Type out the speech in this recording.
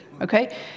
okay